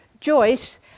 Joyce